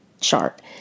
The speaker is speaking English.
Chart